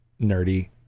nerdy